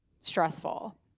stressful